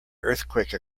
earthquake